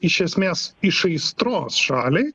iš esmės iš aistros šaliai